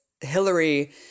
Hillary